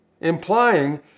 implying